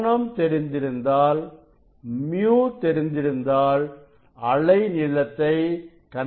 கோணம் தெரிந்திருந்தால் µ தெரிந்திருந்தால் அலை நீளத்தை கணக்கிட முடியும்